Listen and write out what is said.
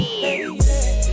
baby